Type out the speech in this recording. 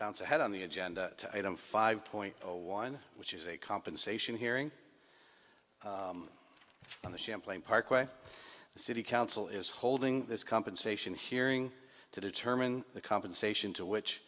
bounce ahead on the agenda item five point one which is a compensation hearing on the champlain parkway the city council is holding this compensation hearing to determine the compensation to which